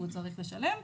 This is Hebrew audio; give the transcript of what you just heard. והוא צריך לשלם.